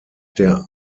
der